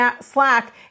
Slack